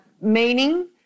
Meaning